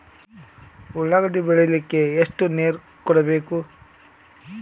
ಉಳ್ಳಾಗಡ್ಡಿ ಬೆಳಿಲಿಕ್ಕೆ ಎಷ್ಟು ನೇರ ಕೊಡಬೇಕು?